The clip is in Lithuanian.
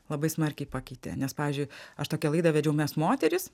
labai smarkiai pakeitė nes pavyzdžiui aš tokią laidą vedžiau mes moterys